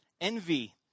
Envy